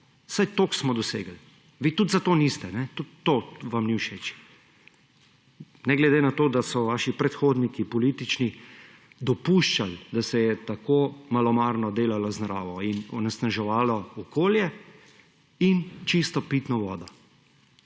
Vsaj toliko smo dosegli. Vi tudi za to niste, tudi to vam ni všeč. Ne glede na to, da so vaši politični predhodniki dopuščali, da se je tako malomarno delalo z naravo in onesnaževalo okolje in čisto pitno vodo,